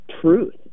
Truth